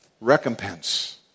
recompense